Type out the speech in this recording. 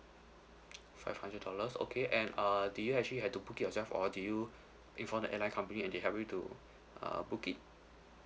five hundred dollars okay and uh do you actually had to book it yourself or do you inform the airline company and they help you to uh book it